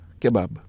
kebab